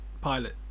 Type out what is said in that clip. pilot